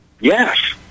Yes